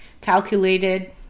calculated